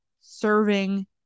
serving